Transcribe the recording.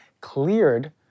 cleared